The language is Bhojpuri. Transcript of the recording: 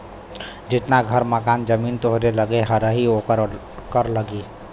जितना घर मकान जमीन तोहरे लग्गे रही ओकर कर लगी